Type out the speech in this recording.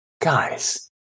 guys